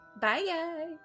Bye